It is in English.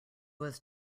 was